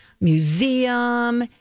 Museum